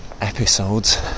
Episodes